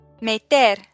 Meter